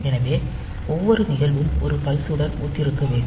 எனவே ஒவ்வொரு நிகழ்வும் ஒரு பல்ஸ் உடன் ஒத்திருக்க வேண்டும்